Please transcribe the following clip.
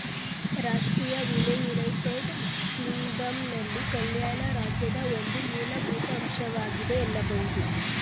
ರಾಷ್ಟ್ರೀಯ ವಿಮೆ ಯುನೈಟೆಡ್ ಕಿಂಗ್ಡಮ್ನಲ್ಲಿ ಕಲ್ಯಾಣ ರಾಜ್ಯದ ಒಂದು ಮೂಲಭೂತ ಅಂಶವಾಗಿದೆ ಎನ್ನಬಹುದು